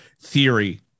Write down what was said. theory